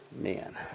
Man